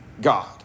God